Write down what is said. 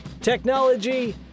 technology